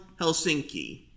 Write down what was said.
Helsinki